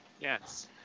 Yes